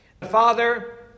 Father